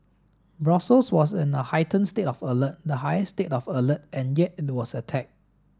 Brussels was in a heightened state of alert the highest state of alert and yet it was attacked